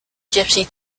gypsy